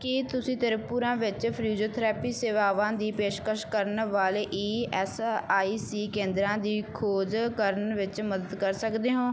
ਕੀ ਤੁਸੀਂ ਤ੍ਰਿਪੁਰਾ ਵਿੱਚ ਫ੍ਰੀਜੋਥਰੈਪੀ ਸੇਵਾਵਾਂ ਦੀ ਪੇਸ਼ਕਸ਼ ਕਰਨ ਵਾਲੇ ਈ ਐੱਸ ਆਈ ਸੀ ਕੇਂਦਰਾਂ ਦੀ ਖੋਜ ਕਰਨ ਵਿੱਚ ਮਦਦ ਕਰ ਸਕਦੇ ਹੋ